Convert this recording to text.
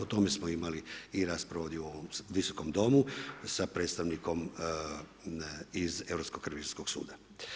O tome smo imali i raspravu ovdje u ovom visokom domu sa predstavnikom iz Europskog revizijskog suda.